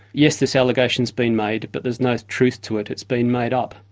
yes, this allegation's been made, but there's no truth to it it's been made up.